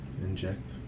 Inject